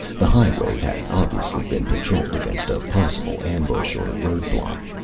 the highway had obviously been patrolled against a possible ambush or road block.